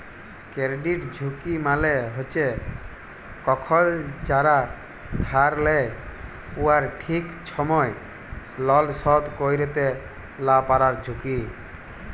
credit ঝুঁকি মালে হছে কখল যারা ধার লেয় উয়ারা ঠিক ছময় লল শধ ক্যইরতে লা পারার ঝুঁকি